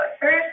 First